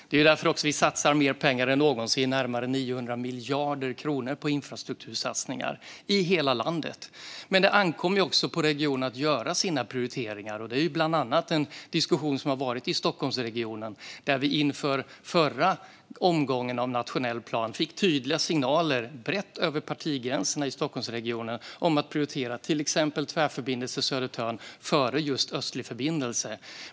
Det är därför vi satsar mer pengar än någonsin - närmare 900 miljarder kronor - på infrastruktursatsningar i hela landet. Men det ankommer också på regionerna att göra sina prioriteringar. Det är en diskussion som bland annat har skett i Stockholmsregionen. Inför förra omgången för den nationella planen fick vi tydliga signaler från Stockholmsregionen, brett och över partigränserna, om att prioritera till exempel Tvärförbindelse Södertörn före Östlig förbindelse.